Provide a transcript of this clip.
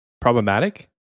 problematic